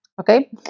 okay